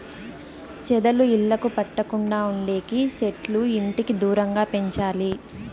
చెదలు ఇళ్లకు పట్టకుండా ఉండేకి సెట్లు ఇంటికి దూరంగా పెంచాలి